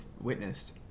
witnessed